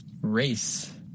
race